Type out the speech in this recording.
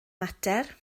mater